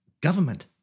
government